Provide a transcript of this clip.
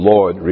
Lord